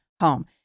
home